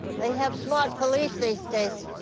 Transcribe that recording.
they have smart police these days,